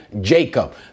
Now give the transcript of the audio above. Jacob